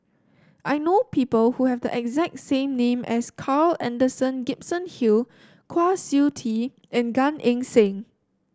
I know people who have the exact same name as Carl Alexander Gibson Hill Kwa Siew Tee and Gan Eng Seng